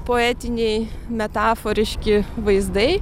poetiniai metaforiški vaizdai